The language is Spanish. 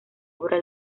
obra